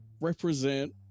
represent